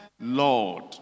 Lord